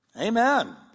Amen